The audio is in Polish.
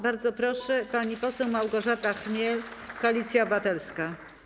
Bardzo proszę, pani poseł Małgorzata Chmiel, Koalicja Obywatelska.